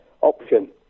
option